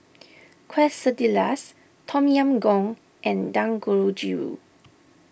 Quesadillas Tom Yam Goong and Dangojiru